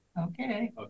Okay